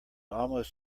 almost